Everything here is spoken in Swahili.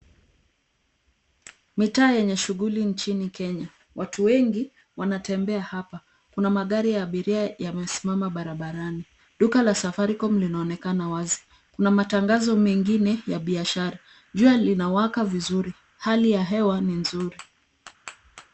Mitaa yenye shughuli nchini Kenya. Watu wengi wanatembea hapa. Kuna magari ya abiria yamesimama barabarani. Duka la Safaricom linaonekana wazi. Kuna matangazo mengine ya biashara. Jua linawaka vizuri. Hali ya hewa ni nzuri.